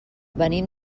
venim